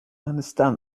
understand